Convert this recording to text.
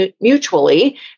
mutually